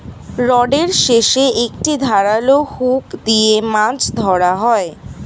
রডের শেষে একটি ধারালো হুক দিয়ে মাছ ধরা হয়